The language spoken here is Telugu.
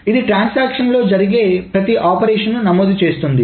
ఇది ట్రాన్సాక్షన్ లలో జరిగే ప్రతి ఆపరేషన్ నమోదు చేస్తుంది